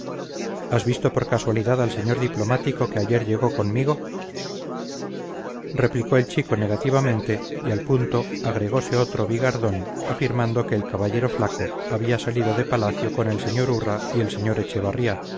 has visto por casualidad al señor diplomático que ayer llegó conmigo replicó el chico negativamente y al punto agregose otro bigardón afirmando que el caballero flaco había salido de palacio con el sr urra y el sr echevarría